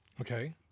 Okay